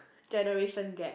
generation gap